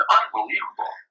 unbelievable